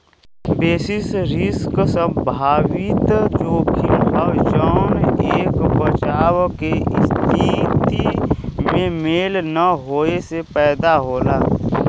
basis risk संभावित जोखिम हौ जौन एक बचाव के स्थिति में मेल न होये से पैदा होला